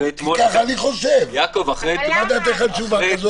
כי אני חושב שלא צריך.